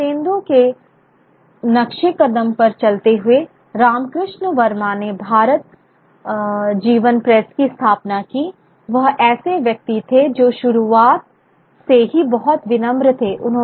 भारतेन्दु के नक्शेकदम पर चलते हुए रामकृष्ण वर्मा ने भारत जीवन प्रेस की स्थापना की वह ऐसे व्यक्ति थे जो शुरुआत से ही बहुत विनम्र थे